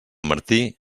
martí